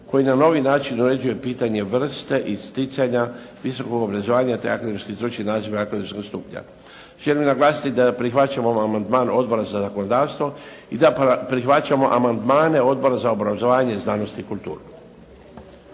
koji na novi način uređuje pitanje vrste i sticanja visokog obrazovanja, te akademski stručni naziv akademskog stupnja. Želim naglasiti da prihvaćamo ovaj amandman Odbora za zakonodavstvo i da prihvaćamo amandmane Odbora za obrazovanje, znanost i kulturu.